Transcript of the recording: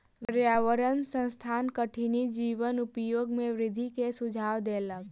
पर्यावरण संस्थान कठिनी जीवक उपयोग में वृद्धि के सुझाव देलक